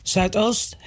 Zuidoost